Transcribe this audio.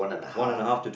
one and a half to two